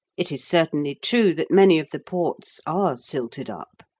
it is certainly true that many of the ports are silted up,